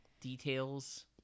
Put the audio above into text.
details